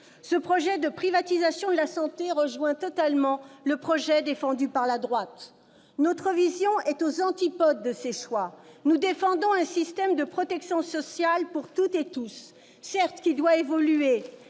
Ce projet de privatisation de la santé rejoint totalement celui de la droite. Notre vision est aux antipodes de ces choix : nous défendons un système de protection sociale pour toutes et tous. Certes, il doit évoluer,